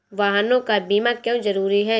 वाहनों का बीमा क्यो जरूरी है?